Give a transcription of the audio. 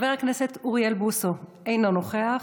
חבר הכנסת אוריאל בוסו, אינו נוכח,